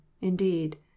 indeed